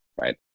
right